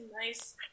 nice